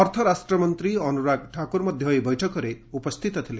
ଅର୍ଥ ରାଷ୍ଟ୍ରମନ୍ତ୍ରୀ ଅନୁରାଗ ଠାକୁର ମଧ୍ୟ ଏହି ବୈଠକରେ ଉପସ୍ଥିତ ଥିଲେ